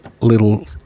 little